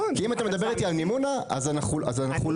כי אם אתה מדבר איתי על מימונה אז אנחנו לא